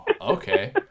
Okay